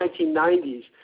1990s